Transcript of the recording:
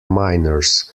minors